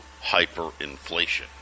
hyperinflation